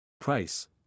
Price